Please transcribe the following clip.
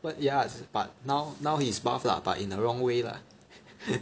but ya but now now he's buff lah but in the wrong way lah